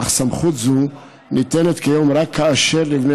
אך סמכות זו ניתנת כיום רק כאשר לבני